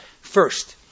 first